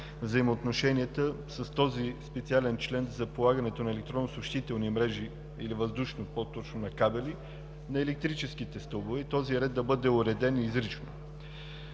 взаимоотношенията с този специален член за полагането на електронно съобщителни мрежи или въздушни, по-точно на кабели на електрическите стълбове, и този ред да бъде уреден изрично.